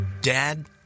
Dad